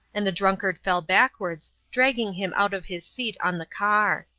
and the drunkard fell backwards, dragging him out of his seat on the car.